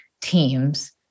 teams